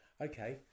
Okay